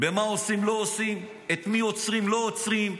במה עושים, לא עושים, את מי עוצרים, לא עוצרים.